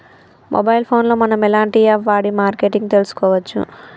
Mobile phone లో మనం ఎలాంటి యాప్ వాడి మార్కెటింగ్ తెలుసుకోవచ్చు?